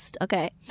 Okay